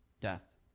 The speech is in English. Death